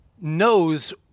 knows